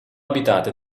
abitate